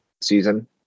season